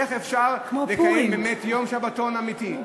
איך אפשר לקיים באמת יום שבתון אמיתי?